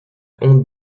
honte